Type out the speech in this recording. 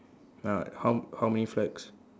uh how how many flags